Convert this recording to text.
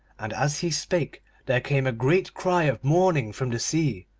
and as he spake there came a great cry of mourning from the sea,